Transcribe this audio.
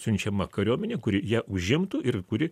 siunčiama kariuomenė kuri ją užimtų ir kuri